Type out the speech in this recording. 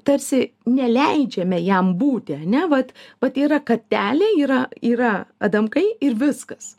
tarsi neleidžiame jam būti ne vat vta yra kartelė yra yra adamkai ir viskas